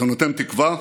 זה נותן תקווה,